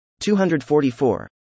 244